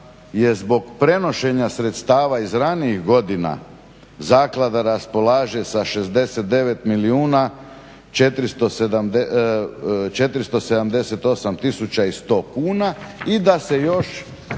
je zbog prenošenja sredstava iz ranijih godina Zaklada raspolaže sa 69 milijuna 478 tisuća i 100 kuna i da se još